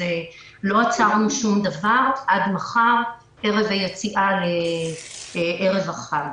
לא עצרנו שום דבר עד מחר, עד ערב החג.